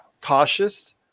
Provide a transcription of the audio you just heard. cautious